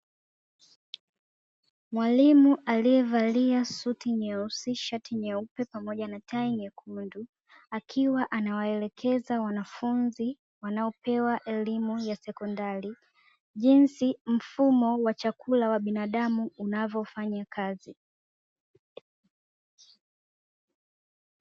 Mwalimu aliyevalia suti nyeusi, shati jeupe pamoja na tai nyekundu, akiwa anawaelekeza wanafunzi wanaopewa elimu ya sekondari jinsi mfumo wa chakula wa binadamu unavyofanya kazi.